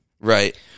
Right